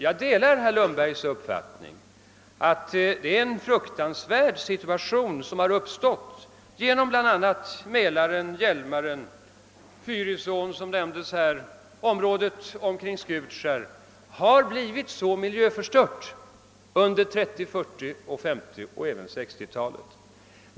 Jag delar herr Lundbergs uppfattning att det är en fruktansvärd situation som uppstått genom att bl.a. Mälaren, Hjälmaren, Fyrisån och området kring Skutskär undergått en sådan miljöförstöring under 1940-, 1950 och 1960-talen.